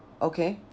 okay